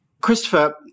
Christopher